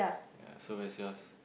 yea so where's yours